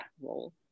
role